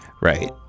right